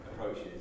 approaches